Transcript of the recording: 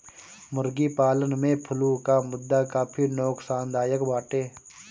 मुर्गी पालन में फ्लू कअ मुद्दा काफी नोकसानदायक बाटे